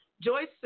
Joyce